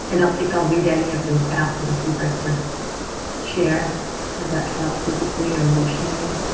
and don't think i'll read any of those out but if you'd like to share how that felt physically or emotionally.